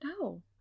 No